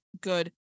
good